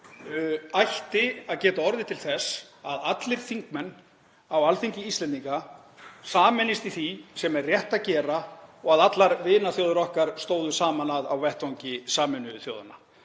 ætti að geta orðið til þess að allir þingmenn á Alþingi Íslendinga sameinist í því sem er rétt að gera og sem allar vinaþjóðir okkar stóðu saman að á vettvangi Sameinuðu þjóðanna.